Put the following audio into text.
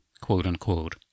quote-unquote